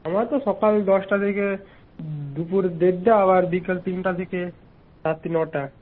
আমার তো সকাল দশটা থেকে দুপুর দেড়টা আবার বিকেল তিনটে থেকে রাত্রি নটা